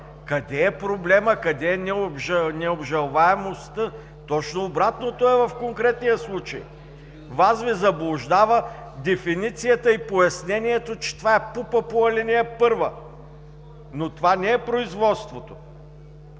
Къде е проблемът? Къде е необжалваемостта? Точно обратното е в конкретния случай! Заблуждава Ви дефиницията и пояснението, че това е ПУП-а по ал. 1, но това не е производството.